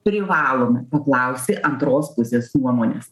privalome paklausti antros pusės nuomonės